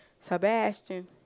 Sebastian